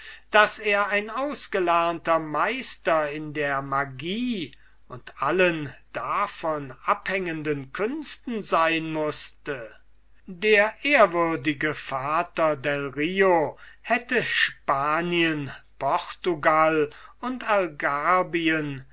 daß er ein ausgelernter meister in der magie und allen davon abhängenden künsten sein mußte der ehrwürdige pater delrio hätte spanien portugall und